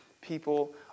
people